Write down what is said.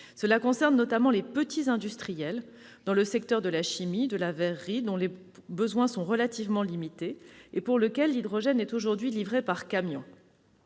Cela concerne notamment les petits industriels, dans les secteurs de la chimie, de la verrerie, dont les besoins sont relativement limités et auxquels l'hydrogène est aujourd'hui livré par camion.